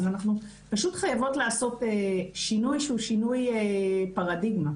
אנחנו פשוט חייבות לעשות שינוי שהוא שינוי פרדיגמה.